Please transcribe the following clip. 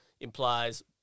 implies